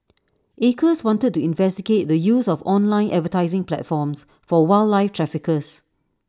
acres wanted to investigate the use of online advertising platforms for wildlife traffickers